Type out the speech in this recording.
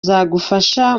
zagufasha